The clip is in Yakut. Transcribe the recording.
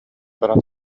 баран